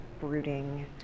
brooding